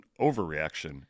overreaction